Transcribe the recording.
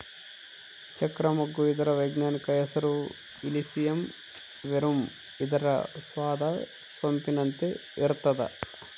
ಚಕ್ರ ಮಗ್ಗು ಇದರ ವೈಜ್ಞಾನಿಕ ಹೆಸರು ಇಲಿಸಿಯಂ ವೆರುಮ್ ಇದರ ಸ್ವಾದ ಸೊಂಪಿನಂತೆ ಇರ್ತಾದ